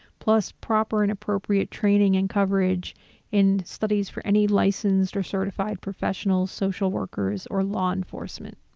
plus proper and appropriate training and coverage in studies for any licensed or certified professionals, social workers or law enforcement.